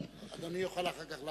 אדוני יוכל אחר כך להרחיב.